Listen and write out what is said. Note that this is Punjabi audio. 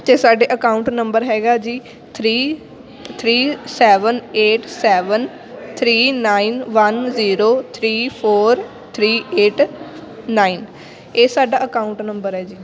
ਅਤੇ ਸਾਡੇ ਅਕਾਊਂਟ ਨੰਬਰ ਹੈਗਾ ਜੀ three three seven eight seven three nine one zero three four three eight nine ਇਹ ਸਾਡਾ ਅਕਾਊਂਟ ਨੰਬਰ ਹੈ ਜੀ